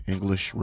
English